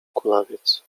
kulawiec